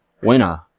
Winner